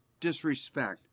disrespect